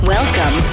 Welcome